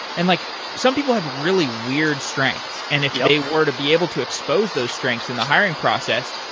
and like some people have really weird strengths, and if yeah they were to be able to expose those strengths in the hiring process,